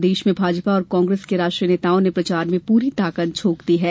प्रदेश में भाजपा और कांग्रेस के राष्ट्रीय नेताओं ने प्रचार में पूरी ताकत झोंक दी है